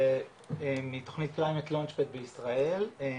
מתוכנית Climate Launcpad בישראל,